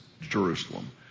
Jerusalem